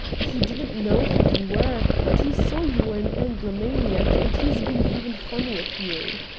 he didn't know who you were, but he saw you were an anglomaniac, and he's been having fun with you!